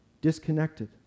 disconnected